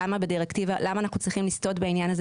למה אנחנו צריכים לסטות בעניין הזה